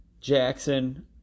Jackson